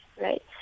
right